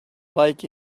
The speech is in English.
like